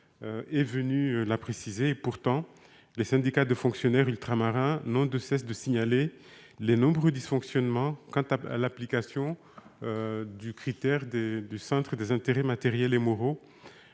est venue la préciser. Pourtant, les syndicats de fonctionnaires ultramarins n'ont de cesse de signaler les nombreux dysfonctionnements dans l'application du critère du centre des intérêts matériels et moraux